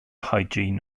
hygiene